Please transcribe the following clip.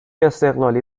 استقلالی